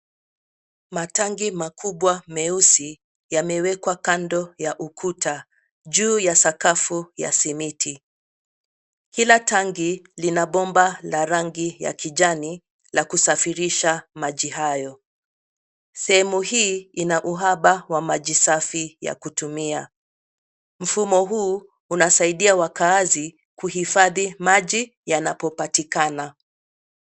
Matangi makubwa meusi yamewekwa kando ya ukuta, juu ya sakafu ya simiti. Kila tangi lina bomba la rangi ya kijani la kusafirisha maji hayo. Sehemu hii ina uhaba wa maji safi ya kutumia. Mfumo huu unasaidia wakaazi kuhifadhi maji yanapopatikana.